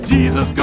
Jesus